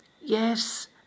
Yes